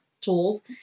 tools